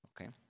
Okay